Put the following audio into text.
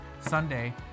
Sunday